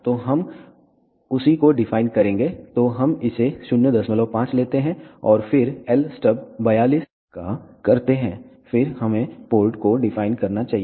तो हम उसी को डिफाइन करेंगे तो हम इसे 05 लेते हैं और फिर l स्टब 42 का करते हैं फिर हमें पोर्ट को डिफाइन करना चाहिए